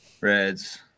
Reds